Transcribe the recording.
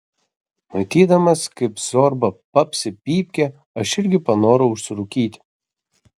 matydamas kaip zorba papsi pypkę aš irgi panorau užsirūkyti